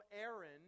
Aaron